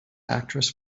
actress